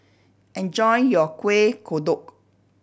enjoy your Kuih Kodok